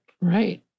Right